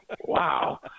wow